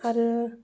आरो